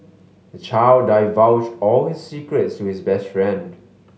the child divulged all his secrets to his best friend